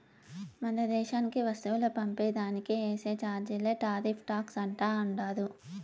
మరో దేశానికి వస్తువులు పంపే దానికి ఏసే చార్జీలే టార్రిఫ్ టాక్స్ అంటా ఉండారు